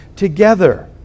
together